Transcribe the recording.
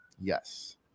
Yes